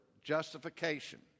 justification